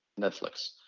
Netflix